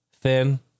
Thin